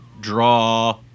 draw